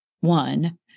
one